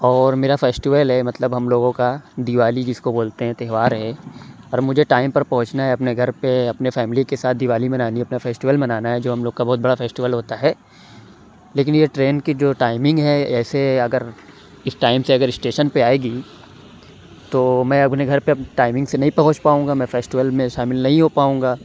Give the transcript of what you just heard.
اور میرا فیسٹیول ہے مطلب ہم لوگوں کا دیوالی جس کو بولتے ہیں تہوار ہے اور مجھے ٹائم پر پہنچنا ہے اپنے گھر پہ اپنے فیملی کے ساتھ دیوالی منانی ہے اپنا فیسٹیول منانا ہے جو ہم لوگ کا بہت بڑا فیسٹیول ہوتا ہے لیکن یہ ٹرین کی جو ٹائمنگ ہے ایسے اگر اس ٹائم سے اگر اسٹیشن پہ آئے گی تو میں اپنے گھر پہ ٹائمنگ سے نہیں پہنچ پاؤں گا میں فیسٹیول میں شامل نہیں ہو پاؤں گا